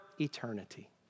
eternity